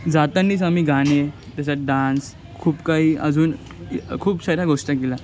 जातानाच आम्ही गाणे त्याच्यात डान्स खूप काही अजून खूप साऱ्या गोष्टी केल्या